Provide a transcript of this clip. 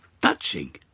touching